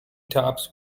tops